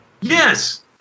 Yes